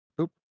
Oop